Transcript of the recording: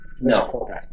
No